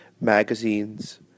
magazines